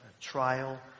trial